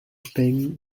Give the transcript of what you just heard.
peng